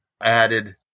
added